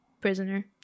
prisoner